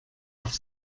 auf